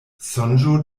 sonĝo